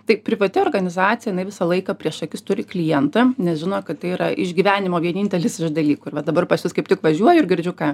tai privati organizacija jinai visą laiką prieš akis turi klientą nes žino kad tai yra išgyvenimo vienintelis iš dalykų ir va dabar pas jus kaip tik važiuoju ir girdžiu ką